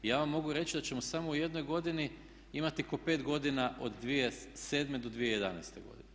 I ja vam mogu reći da ćemo samo u jednoj godini imati ko 5 godina od 2007. do 2011. godine.